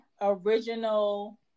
original